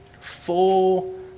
full